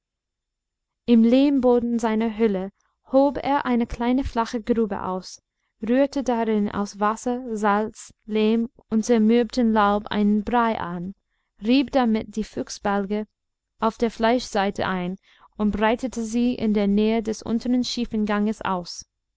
im lehmboden seiner höhle hob er eine kleine flache grube aus rührte darin aus wasser salz lehm und zermürbtem laub einen brei an rieb damit die fuchsbälge auf der fleischseite ein und breitete sie in der nähe des unteren schiefen ganges aus